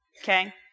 Okay